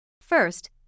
First